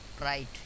right